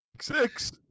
Six